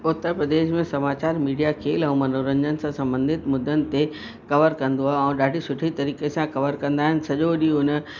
उत्तरप्रदेश में समाचारु मीडिया खेल ऐं मनोरंजन सां संबंधित मुद्दनि ते कवर कंदो आहे ऐं ॾाढी सुठी तरीक़े सां कवर कंदा आहिनि सॼो ॾींहं हुन